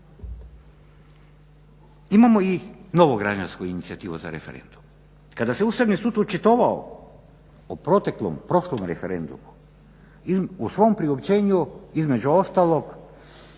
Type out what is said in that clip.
Imamo i novu građansku inicijativu za referendum. Kada se Ustavni sud očitovao o proteklom prošlom referendumu u svom priopćenju između ostalog